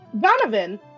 Donovan